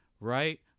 right